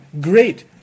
great